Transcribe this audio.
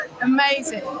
amazing